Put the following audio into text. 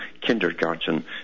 kindergarten